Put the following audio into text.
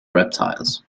reptiles